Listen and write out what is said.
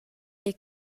les